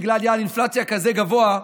בגלל יעד אינפלציה כזה גבוה,